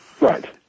Right